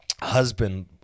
husband